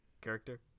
character